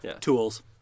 Tools